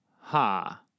ha